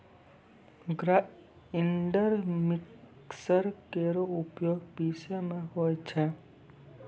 grinder mixer केरो उपयोग पिसै म होय छै